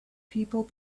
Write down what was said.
people